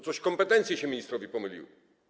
Coś kompetencje się ministrowi pomyliły.